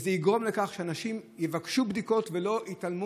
וזה יגרום לכך שאנשים יבקשו בדיקות ולא יתעלמו